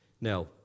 Now